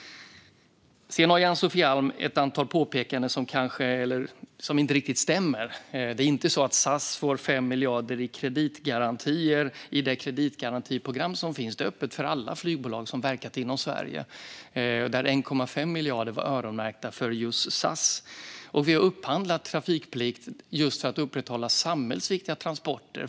Ann-Sofie Alm har ett antal påpekanden som inte riktigt stämmer. Det är inte så att SAS får 5 miljarder i kreditgarantier i det kreditgarantiprogram som finns; det är öppet för alla flygbolag som verkat inom Sverige, där 1,5 miljarder var öronmärkta för just SAS. Vi har upphandlat trafikplikt just för att upprätthålla samhällsviktiga transporter.